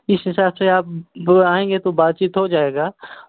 इस हिसाब से आप आएंगे तो बातचीत हो जाएगा